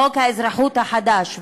חוק האזרחות החדש,